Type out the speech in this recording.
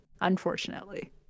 unfortunately